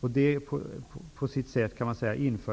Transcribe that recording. Det inför på sitt sätt